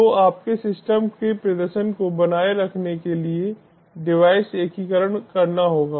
तो आपके सिस्टम के प्रदर्शन को बनाए रखने के लिए डिवाइस एकीकरण करना होगा